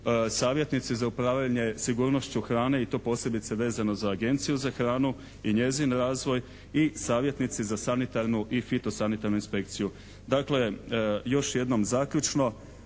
savjetnici za upravljanje sigurnošću hrane i to posebice vezano za Agenciju za hranu i njezin razvoj i savjetnici za sanitarnu i fitosanitarnu inspekciju.